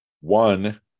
One